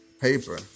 paper